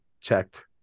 checked